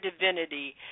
divinity